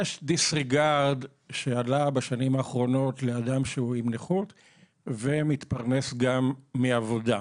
יש דיסריגרד שעלה בשנים האחרונות לאדם שהוא עם נכות ומתפרנס גם מעבודה.